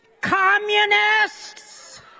Communists